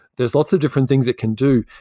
there's lots of different things it can do.